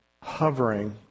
hovering